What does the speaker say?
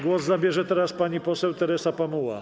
Głos zabierze teraz pani poseł Teresa Pamuła.